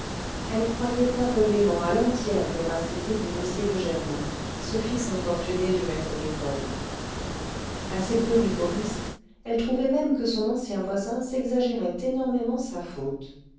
elle croyait aveuglément à l'entière véracité du récit de germain ce fils infortuné du maître d'école assez peu rigoriste elle trouvait même que son ancien voisin s'exagérait énormément sa faute